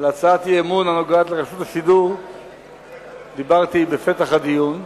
על הצעת אי-אמון הנוגעת לרשות השידור דיברתי בפתח הדיון.